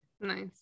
Nice